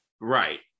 Right